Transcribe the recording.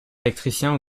électricien